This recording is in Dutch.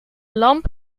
lamp